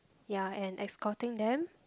ya and escorting them